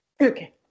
okay